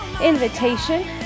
Invitation